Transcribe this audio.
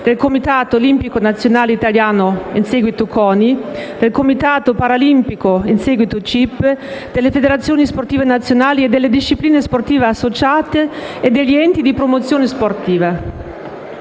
del Comitato olimpico nazionale italiano (CONI), del Comitato paralimpico (CIP), delle federazioni sportive nazionali e delle discipline sportive associate e degli enti di promozione sportiva.